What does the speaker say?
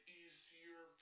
easier